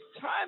time